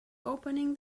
opening